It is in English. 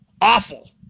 awful